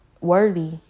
worthy